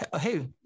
Hey